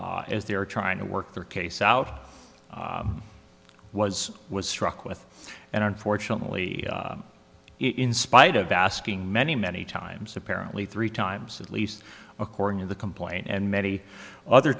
lien as they are trying to work their case out was was struck with and unfortunately in spite of asking many many times apparently three times at least according to the complaint and many other